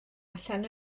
allan